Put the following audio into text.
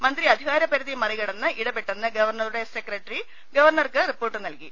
മന്ത്രി അധികാര പരിധി മറികടന്ന് ഇടപെട്ടെന്ന് ഗവർണ റുടെ സെക്രട്ടറി ഗവർണർക്ക് റിപ്പോർട്ട് നൽകി